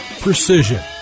precision